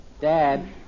Dad